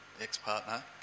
ex-partner